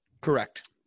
Correct